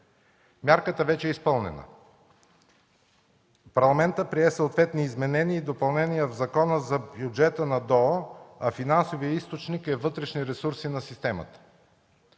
Мярката вече е изпълнена. Парламентът прие съответни изменения и допълнения в Закона за бюджета на ДОО, а финансовият източник е вътрешни ресурси на системата.